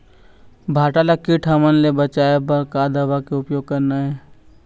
भांटा ला कीट हमन ले बचाए बर का दवा के उपयोग करना ये?